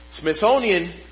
Smithsonian